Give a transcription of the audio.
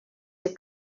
your